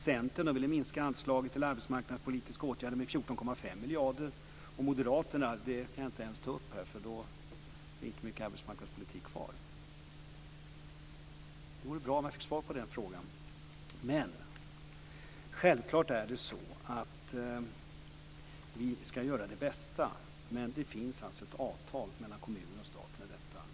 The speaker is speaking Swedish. Centern ville minska anslaget till arbetsmarknadspolitiska åtgärder med 14,5 miljarder. Moderaterna kan jag inte ens ta upp här, för då blir det inte mycket arbetsmarknadspolitik kvar. Det vore bra om jag fick svar på frågan. Självklart är det så att vi ska göra det bästa, men det finns alltså ett avtal mellan kommunerna och staten.